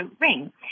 ring